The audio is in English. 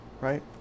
Right